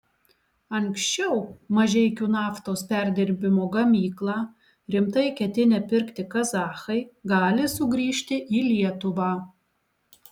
anksčiau mažeikių naftos perdirbimo gamyklą rimtai ketinę pirkti kazachai gali sugrįžti į lietuvą